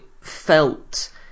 felt